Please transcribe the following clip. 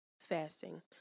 fasting